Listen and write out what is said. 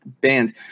bands